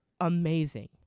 amazing